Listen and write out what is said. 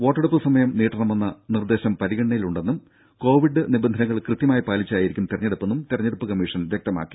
വോട്ടെടുപ്പ് സമയം നീട്ടണമെന്ന നിർദേശം പരിഗണനയിലുണ്ടെന്നും കോവിഡ് നിബന്ധനകൾ കൃത്യമായി പാലിച്ചായിരിക്കും തെരഞ്ഞെടുപ്പെന്നും തെരഞ്ഞെടുപ്പ് കമ്മീഷൻ വ്യക്തമാക്കി